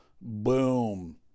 Boom